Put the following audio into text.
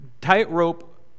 tightrope